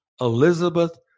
Elizabeth